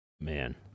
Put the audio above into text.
Man